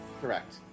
Correct